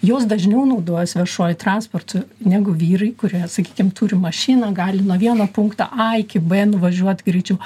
jos dažniau naudojasi viešuoju transportu negu vyrai kurie sakykim turi mašiną gali nuo vieno punkto a iki b nuvažiuot greičiau